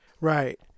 Right